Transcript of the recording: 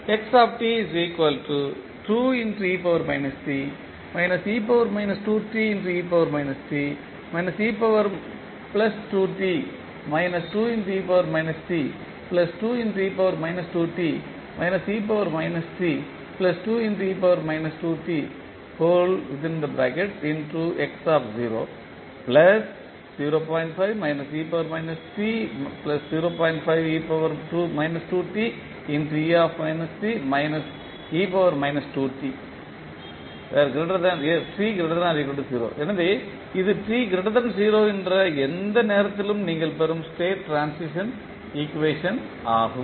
எனவே இது t 0 என்ற எந்த நேரத்திலும் நீங்கள் பெறும் ஸ்டேட் ட்ரான்சிஷன் ஈக்குவேஷன் ஆகும்